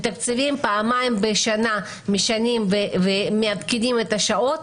מתקצבים פעמיים בשנה ומעדכנים את השעות,